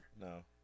No